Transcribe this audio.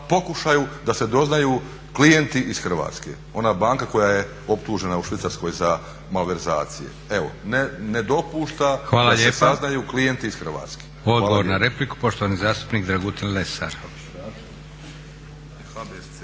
da se doznaju klijenti iz Hrvatske, ona banka koja je optužena u Švicarskoj za malverzacije. Evo, ne dopušta da se saznaju klijenti iz Hrvatske.